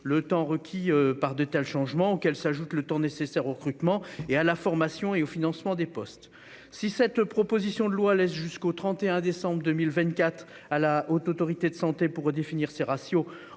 seulement quelques mois, ne serait-ce qu'en raison du temps nécessaire au recrutement, à la formation et au financement des postes. Si cette proposition de loi laisse jusqu'au 31 décembre 2024 à la Haute Autorité de santé pour définir ces ratios